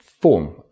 form